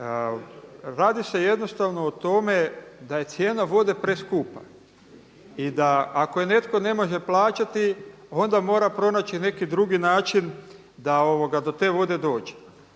Radi se jednostavno o tome da je cijena vode preskupa i da ako je netko ne može plaćati onda mora pronaći neki drugi način da do te vode dođe.